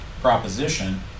proposition